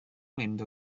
mynd